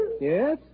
Yes